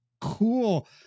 cool